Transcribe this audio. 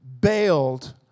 bailed